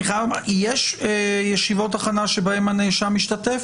יש ישיבות הכנה בהן הנאשם משתתף?